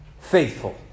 faithful